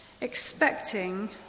expecting